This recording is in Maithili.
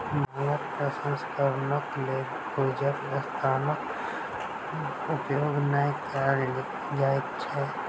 भांगक प्रसंस्करणक लेल खुजल स्थानक उपयोग नै कयल जाइत छै